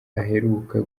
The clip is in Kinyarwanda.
aheruka